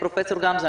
פרופ' גמזו,